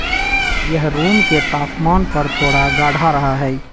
यह रूम के तापमान पर थोड़ा गाढ़ा रहा हई